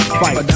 fight